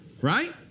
right